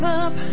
up